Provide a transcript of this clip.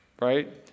right